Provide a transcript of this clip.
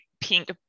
pink